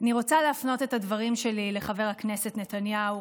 אני רוצה להפנות את הדברים שלי לחבר הכנסת נתניהו,